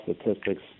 statistics